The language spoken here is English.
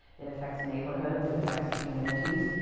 it affects neighborhoods, it affects communities.